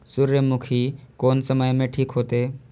सूर्यमुखी कोन मौसम में ठीक होते?